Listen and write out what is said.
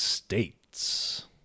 states